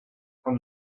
from